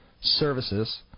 Services